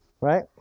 Right